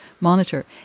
monitor